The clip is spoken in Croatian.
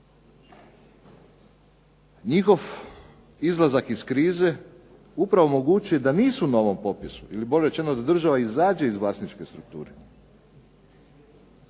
njihov izlazak iz krize upravo omogućuje da nisu na ovom popisu ili bolje rečeno da država izađe iz vlasničke strukture.